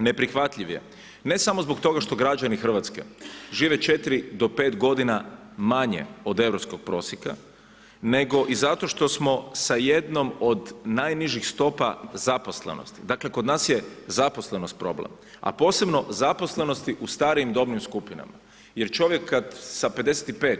Neprihvatljiv je ne samo zbog toga što građani Hrvatske žive 4 do 5 godina manje od europskog prosjeka, nego i zato što smo sa jednom od najnižih stopa zaposlenosti, dakle kod nas je zaposlenost problem, a posebno zaposlenosti u starijim dobnim skupinama jer čovjek kada sa 55